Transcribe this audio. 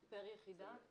פר יחידה?